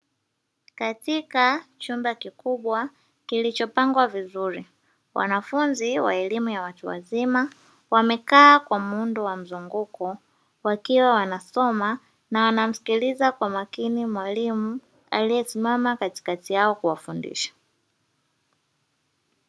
Katika chumba kikubwa kilichopangwa vizuri wanafunzi wa elimu ya watu wazima wamekaa kwa muundo wa mzunguko, wakiwa wanasoma na wanamsikiliza kwa makini mwalimu aliyesimama katikati yao kuwa fundisha.